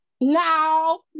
No